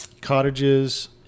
cottages